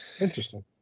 interesting